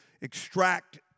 extract